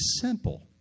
simple